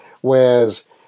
whereas